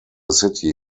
city